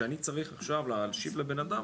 שאני צריך עכשיו להקשיב לבנאדם,